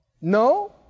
No